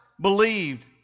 believed